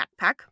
backpack